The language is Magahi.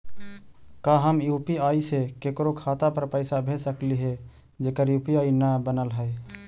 का हम यु.पी.आई से केकरो खाता पर पैसा भेज सकली हे जेकर यु.पी.आई न बनल है?